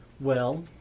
well,